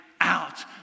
out